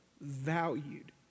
valued